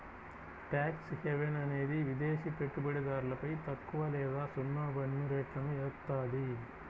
tax haven అనేది విదేశి పెట్టుబడిదారులపై తక్కువ లేదా సున్నా పన్నురేట్లను ఏత్తాది